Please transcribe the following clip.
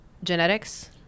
Genetics